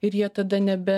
ir jie tada nebe